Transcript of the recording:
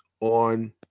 on